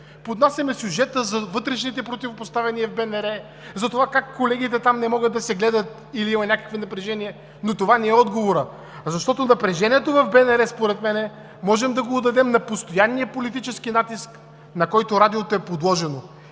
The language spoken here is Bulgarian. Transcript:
Поднасяме сюжета за вътрешните противопоставяния в БНР, за това как колегите там не могат да се гледат или има някакво напрежение, но това не е отговорът. Напрежението в БНР според мен можем да го отдадем на постоянния политически натиск, на който Радиото е подложено